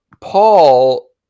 Paul